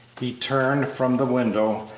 he turned from the window,